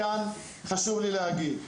כאן חשוב לי להגיד,